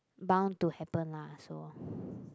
bound to happen lah so